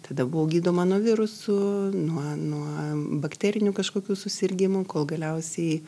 tada buvau gydoma nuo virusų nuo nuo bakterinių kažkokių susirgimų kol galiausiai